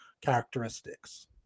characteristics